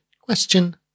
Question